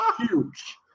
Huge